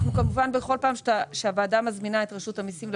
אנחנו כמובן בכל פעם שהוועדה מזמינה את רשות המיסים,